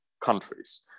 countries